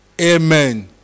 Amen